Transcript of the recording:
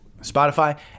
Spotify